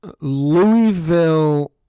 Louisville